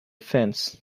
fence